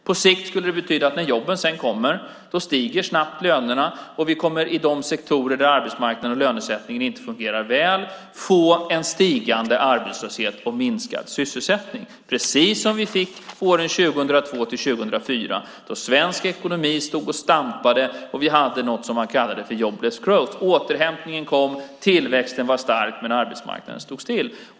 På sikt skulle det betyda att när jobben sedan kommer stiger lönerna snabbt och i de sektorer där arbetsmarknaden och lönesättningen inte fungerar väl kommer vi att få en stigande arbetslöshet och minskad sysselsättning, precis som vi fick åren 2002-2004 då svensk ekonomi stod och stampade och vi hade något som man kallade för jobless growth: Återhämtningen kom, tillväxten var stark, men arbetsmarknaden stod still.